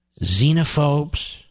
xenophobes